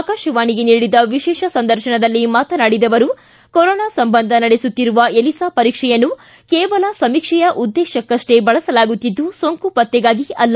ಆಕಾಶವಾಣಿಗೆ ನೀಡಿದ ವಿಶೇಷ ಸಂದರ್ಶನದಲ್ಲಿ ಮಾತನಾಡಿದ ಅವರು ಕೊರೋನಾ ಸಂಬಂಧ ನಡೆಸುತ್ತಿರುವ ಎಲಿಸಾ ಪರೀಕ್ಷೆಯನ್ನು ಕೇವಲ ಸಮೀಕ್ಷೆಯ ಉದ್ದೇಶಕ್ಕಷ್ಷೇ ಬಳಸಲಾಗುತ್ತಿದ್ದು ಸೋಂಕು ಪತ್ತೆಗಾಗಿ ಅಲ್ಲ